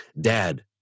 Dad